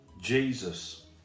Jesus